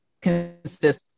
consistent